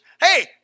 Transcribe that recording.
Hey